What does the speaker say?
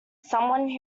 someone